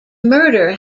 murder